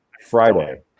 Friday